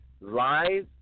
Lies